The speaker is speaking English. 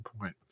point